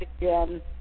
again